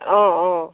অঁ অঁ